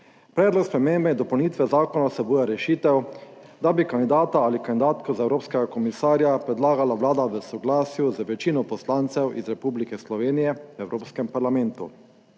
Predlog spremembe in dopolnitve zakona vsebuje rešitev, da bi kandidata ali kandidatko za evropskega komisarja predlagala Vlada v soglasju z večino poslancev iz Republike Slovenije v Evropskem parlamentu.